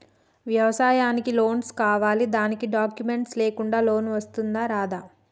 వ్యవసాయానికి లోన్స్ కావాలి దానికి డాక్యుమెంట్స్ లేకుండా లోన్ వస్తుందా రాదా?